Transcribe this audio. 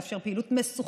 לאפשר פעילות מסונכרנת,